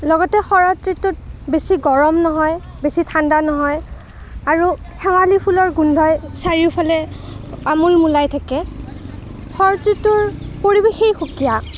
লগতে শৰৎ ঋতুত বেছি গৰম নহয় বেছি ঠাণ্ডা নহয় আৰু শেৱালি ফুলৰ গোন্ধই চাৰিওফালে আমোলমোলাই থাকে শৰৎ ঋতুৰ পৰিৱেশেই সুকীয়া